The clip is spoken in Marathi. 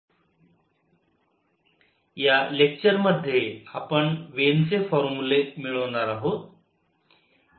ब्लॅक बॉडी रेडिएशन व Wien displacement law and analysis for spectral density या लेक्चर मध्ये आपण वेन चे फॉर्मुले मिळवणार आहोत